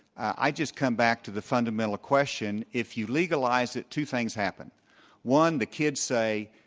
i just come back to the fundamental question. if you legalize it, two things happen one, the kids say,